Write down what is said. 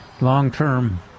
long-term